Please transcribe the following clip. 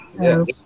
Yes